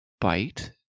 bite